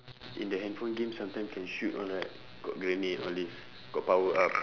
in the handphone games sometimes can shoot all right got grenade all this got power up